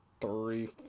three